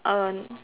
err